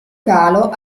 calo